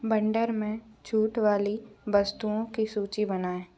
बंडर में छूट वाली वस्तुओं की सूची बनाएँ